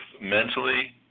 mentally